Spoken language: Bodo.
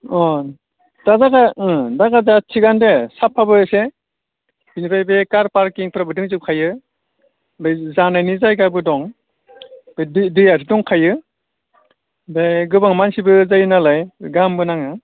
अ दा जायगा ओं दा जायगाया थिगानो दे साफाबो एसे बिनिफ्राय बे कार पारकिं फोराबो दोंजोबखायो बै जानायनि जायगाबो दं बे दै दैयाथ' दंखायो बे गोबां मानसिबो जायो नालाय गाहामबो नाङो